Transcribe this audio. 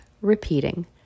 repeating